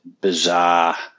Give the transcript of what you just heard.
bizarre